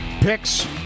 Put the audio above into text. Picks